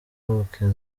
mpuguke